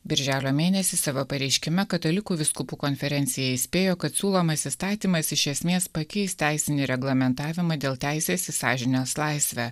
birželio mėnesį savo pareiškime katalikų vyskupų konferencija įspėjo kad siūlomas įstatymas iš esmės pakeis teisinį reglamentavimą dėl teisės į sąžinės laisvę